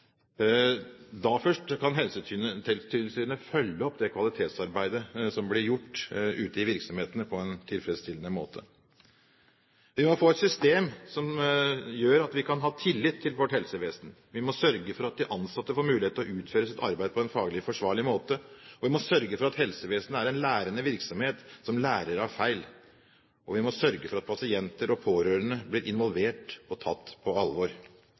Da først kan Helsetilsynet følge opp det kvalitetsarbeidet som blir gjort ute i virksomhetene, på en tilfredsstillende måte. Vi må få et system som gjør at vi kan ha tillit til vårt helsevesen. Vi må sørge for at de ansatte får mulighet til å utføre sitt arbeid på en faglig forsvarlig måte, og vi må sørge for at helsevesenet er en lærende virksomhet som lærer av feil. Vi må sørge for at pasienter og pårørende blir involvert og tatt på alvor.